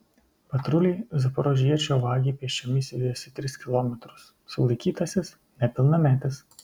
patruliai zaporožiečio vagį pėsčiomis vijosi tris kilometrus sulaikytasis nepilnametis